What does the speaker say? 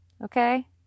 Okay